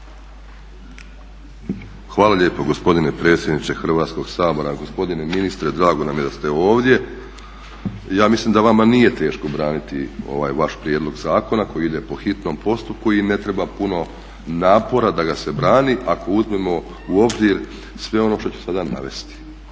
Hvala lijepo gospodine predsjedniče Hrvatskoga sabora. Gospodine ministre drago nam je da ste ovdje. Ja mislim da vama nije teško braniti ovaj vaš prijedlog zakona koji ide po hitnom postupku i ne treba puno napora da ga se brani ako uzmemo u obzir sve ono što ću sada navesti.